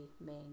main